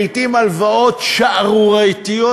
לעתים הלוואות שערורייתיות,